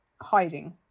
hiding